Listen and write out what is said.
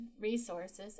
resources